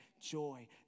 Joy